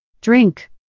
Drink